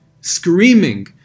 screaming